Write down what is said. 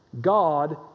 God